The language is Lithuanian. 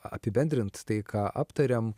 apibendrint tai ką aptarėm